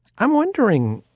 i'm wondering.